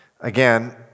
Again